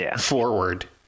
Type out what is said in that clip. forward